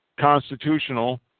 constitutional